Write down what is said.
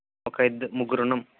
ఒక హెడ్ ముగ్గురు ఉన్నాం